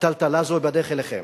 הטלטלה הזאת היא בדרך אליכם,